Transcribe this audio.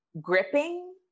gripping